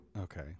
Okay